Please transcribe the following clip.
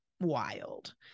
wild